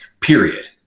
period